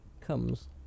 Comes